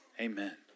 Amen